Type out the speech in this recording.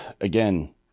again